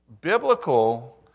biblical